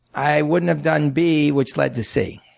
i wouldn't have done b which led to c.